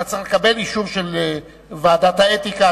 אתה צריך לקבל אישור של ועדת האתיקה.